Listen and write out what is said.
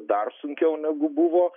dar sunkiau negu buvo